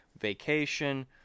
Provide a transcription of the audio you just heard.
Vacation